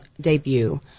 debut